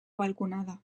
balconada